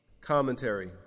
Commentary